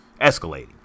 escalating